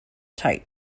tight